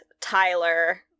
Tyler